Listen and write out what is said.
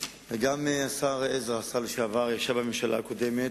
וגם השר לשעבר עזרא, שישב בממשלה הקודמת,